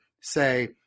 say